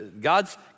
God's